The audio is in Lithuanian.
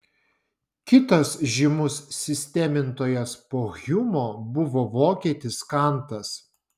kitas žymus sistemintojas po hjumo buvo vokietis kantas